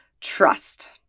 trust